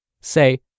say